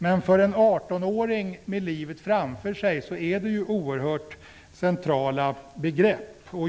Men för en 18-åring med livet framför sig är det oerhört centrala begrepp.